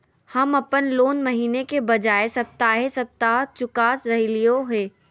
हम अप्पन लोन महीने के बजाय सप्ताहे सप्ताह चुका रहलिओ हें